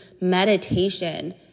meditation